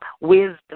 wisdom